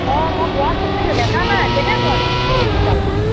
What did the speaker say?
অঁ মই কোৱা শুনিছোঁ দেখা নাই কেনেকুৱানো এইখন বিশালখন